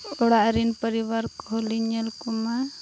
ᱚᱲᱟᱜᱨᱮᱱ ᱯᱚᱨᱤᱵᱟᱨ ᱠᱚᱦᱚᱸᱞᱤᱧ ᱧᱮᱞᱠᱚ ᱢᱟ